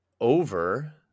over